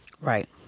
Right